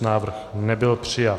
Návrh nebyl přijat.